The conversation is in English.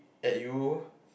at you